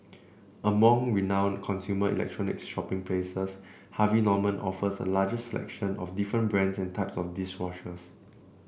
among renowned consumer electronic shopping places Harvey Norman offers a largest selection of different brands and types of dish washers